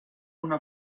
una